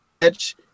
catch